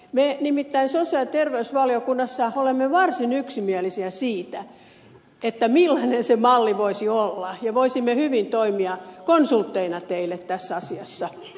me nimittäin sosiaali ja terveysvaliokunnassa olemme varsin yksimielisiä siitä millainen se malli voisi olla ja voisimme hyvin toimia konsultteina teille tässä asiassa